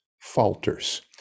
falters